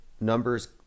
numbers